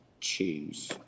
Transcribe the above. choose